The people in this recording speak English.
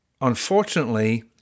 unfortunately